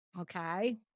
Okay